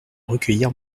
recueillir